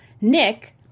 nick